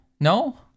No